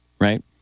right